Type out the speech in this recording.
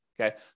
Okay